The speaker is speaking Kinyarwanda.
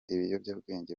ibiyobyabwenge